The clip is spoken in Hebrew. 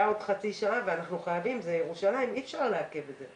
עוד חצי שעה והם חייבים כי מדובר בירושלים ואי אפשר לעכב את זה.